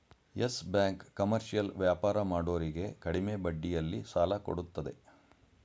Yes Bank commercial ವ್ಯಾಪಾರ ಮಾಡೋರಿಗೆ ಕಡಿಮೆ ಬಡ್ಡಿಯಲ್ಲಿ ಸಾಲ ಕೊಡತ್ತದೆ